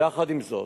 יחד עם זאת,